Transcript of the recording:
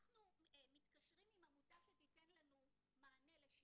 אנחנו מתקשרים עם עמותה שתיתן לנו מענה ל-16,